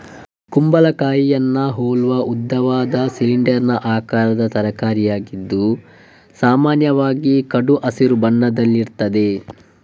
ಕುಂಬಳಕಾಯಿಯನ್ನ ಹೋಲುವ ಉದ್ದವಾದ, ಸಿಲಿಂಡರಿನ ಆಕಾರದ ತರಕಾರಿಯಾಗಿದ್ದು ಸಾಮಾನ್ಯವಾಗಿ ಕಡು ಹಸಿರು ಬಣ್ಣದಲ್ಲಿರ್ತದೆ